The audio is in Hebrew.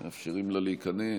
מאפשרים לה להיכנס.